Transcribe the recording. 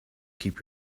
keep